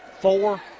four